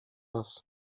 was